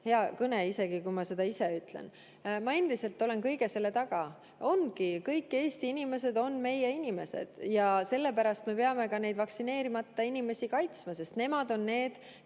hea kõne, isegi kui ma seda ise ütlen. Ma endiselt olen kõige selle taga. Kõik Eesti inimesed ongi meie inimesed ja sellepärast me peame vaktsineerimata inimesi kaitsma, sest nemad on need,